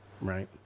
right